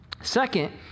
Second